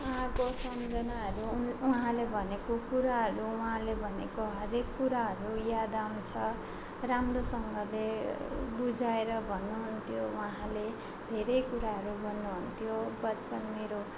उहाँको सम्झनाहरू उहाँले भनेको कुराहरू उहाँले भनेको हरएक कुराहरू याद आउँछ राम्रोसँगले बुझाएर भन्नु हुन्थ्यो उहाँले धेरै कुराहरू गर्नु हुन्थ्यो बचपन मेरो